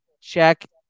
Check